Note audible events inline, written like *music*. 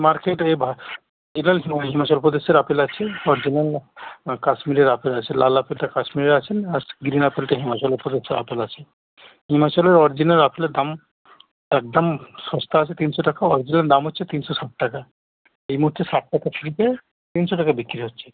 মার্কেটে এবার *unintelligible* হিমাচল প্রদেশের আপেল আছে অরিজিনাল কাশ্মীরের আপেল আছে লাল আপেলটা কাশ্মীরের আছে আর গ্রীন আপেলটা হিমাচল প্রদেশের আপেল আছে হিমাচলের অরিজিনাল আপেলের দাম একদম সস্তা আছে তিনশো টাকা অরিজিনাল দাম হচ্ছে তিনশো ষাট টাকা এই মুহূর্তে ষাট টাকা ফ্রিতে তিনশো টাকায় বিক্রি হচ্ছে